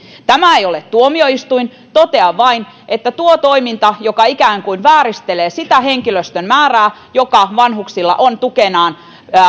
tämä ei ole tuomioistuin totean vain että tuo toiminta joka ikään kuin vääristelee sitä henkilöstön määrää joka vanhuksilla on tukenaan